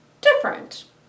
different